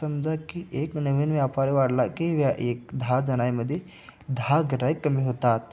समजा की एक नवीन व्यापारी वाढला की व्या एक दहा जणांमध्ये दहा गिऱ्हाईक कमी होतात